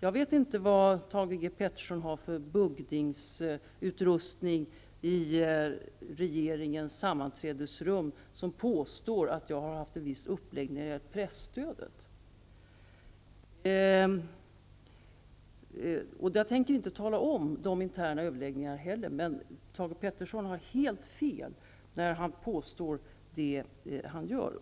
Jag vet inte vad Thage G Peterson har för buggningsutrustning i regeringens sammanträdesrum, eftersom han vågar påstå att jag har haft en viss uppläggning i arbetet när det gäller presstödet. Jag tänker inte heller referera de interna överläggningar som förekommit, men jag kan säga att Thage Peterson har